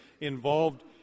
involved